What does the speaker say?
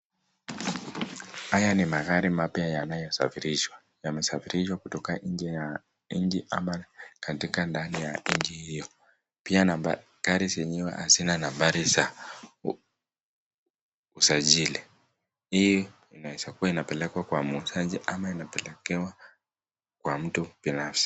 Haya ni magari mapya yanayosafirishwa yamesafirishwa kutoka inje ya nchi ama katika nchi hiyo ,pia gari zenyewe hazina nambari za usajili hii inaeza kuwa inapelekwa kwa muuzaji ama inapelekwa kwa mtu binafsi.